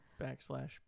backslash